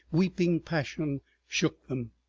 weeping passion shook them.